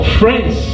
friends